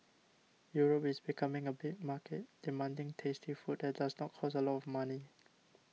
Europe is becoming a big market demanding tasty food that does not cost a lot of money